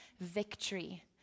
victory